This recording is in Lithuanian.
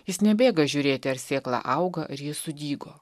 jis nebėga žiūrėti ar sėkla auga ar ji sudygo